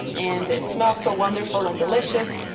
and it smells so wonderful and delicious.